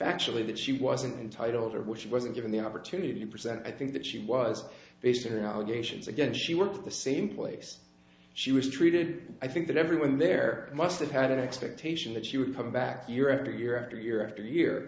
factually that she wasn't entitled to which she wasn't given the opportunity to present i think that she was basically allegations again she worked at the same place she was treated i think that everyone there must've had an expectation that she would come back year after year after year after year